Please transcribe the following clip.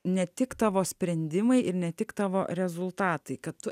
ne tik tavo sprendimai ir ne tik tavo rezultatai kad tu